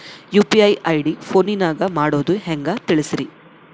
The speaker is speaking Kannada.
ಯು.ಪಿ.ಐ ಐ.ಡಿ ಫೋನಿನಾಗ ಮಾಡೋದು ಹೆಂಗ ತಿಳಿಸ್ರಿ?